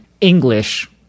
English